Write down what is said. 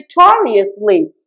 victoriously